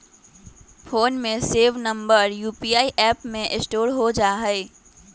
phone में save number UPI app में store हो जा हई